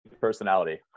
personality